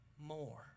more